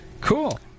cool